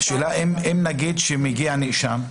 נגיד מגיע נאשם,